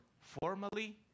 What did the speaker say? formally